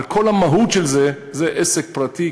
אבל כל המהות של זה זה עסק פרטי,